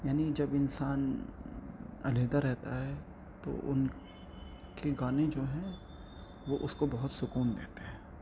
یعنی جب انسان علیحدہ رہتا ہے تو ان کے گانے جو ہیں وہ اس کو بہت سکون دیتے ہیں